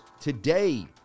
today